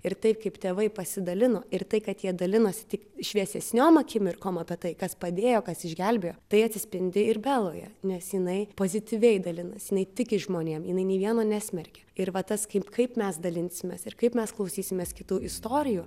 ir taip kaip tėvai pasidalino ir tai kad jie dalinosi tik šviesesniom akimirkom apie tai kas padėjo kas išgelbėjo tai atsispindi ir beloje nes jinai pozityviai dalinasi jinai tiki žmonėm jinai nei vieno nesmerkia ir va tas kaip kaip mes dalinsimės ir kaip mes klausysimės kitų istorijų